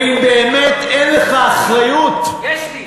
ואם באמת אין לך אחריות, יש לי.